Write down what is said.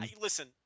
Listen